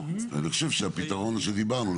אני חושב שהפתרון שדיברנו עליו,